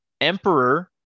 Emperor